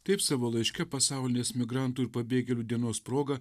taip savo laiške pasaulinės migrantų ir pabėgėlių dienos proga